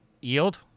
Yield